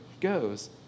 goes